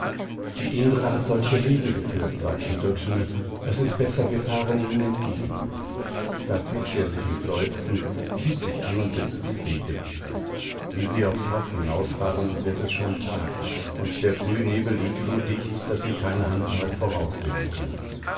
die indre hat solche reden geführt sagt die doczene es ist besser wir fahren ihnen entgegen da fügt er sich mit seufzen zieht sich an und setzt die segel wie sie aufs haff hinausfahren wird es schon tag und der frühnebel liegt so dicht daß sie keine handbreit vorauf sehen können